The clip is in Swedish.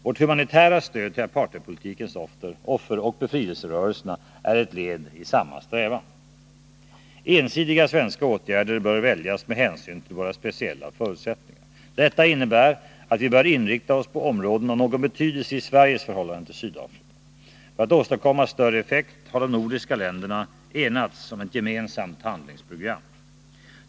Vårt humanitära stöd till apartheidpolitikens offer och befrielserörelerna är ett led i samma strävan. Ensidiga svenska åtgärder bör väljas med hänsyn till våra speciella förutsättningar. Detta innebär att vi bör inrikta oss på områden av någon betydelse i Sveriges förhållande till Sydafrika. För att åstadkomma större effekt har de nordiska länderna enats om ett gemensamt handlingsprogram.